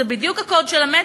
זה בדיוק הקוד של המטריקס,